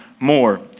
more